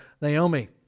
Naomi